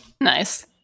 Nice